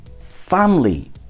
family